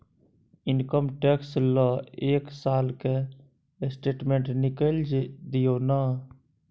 Income tax ल एक साल के स्टेटमेंट निकैल दियो न?